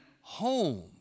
home